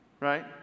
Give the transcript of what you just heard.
right